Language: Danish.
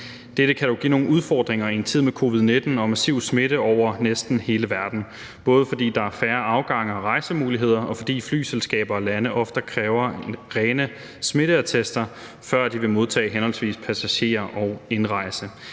Dette kan jo give nogle udfordringer i en tid med covid-19 og massiv smitte over næsten hele verden, både fordi der er færre afgange og rejsemuligheder, og fordi flyselskaber og lande ofte kræver rene smitteattester, før de vil modtage passagerer og tillade